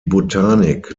botanik